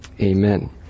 Amen